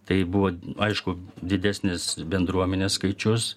tai buvo aišku didesnis bendruomenės skaičius